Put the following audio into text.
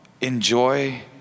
Enjoy